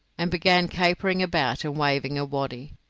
and began capering about and waving a waddy.